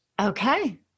Okay